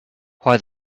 why